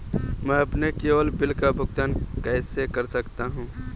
मैं अपने केवल बिल का भुगतान कैसे कर सकता हूँ?